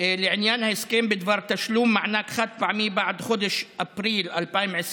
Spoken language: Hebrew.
לעניין ההסכם בדבר תשלום מענק חד-פעמי בעד חודש אפריל 2020: